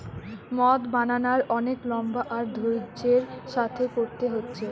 মদ বানানার অনেক লম্বা আর ধৈর্য্যের সাথে কোরতে হচ্ছে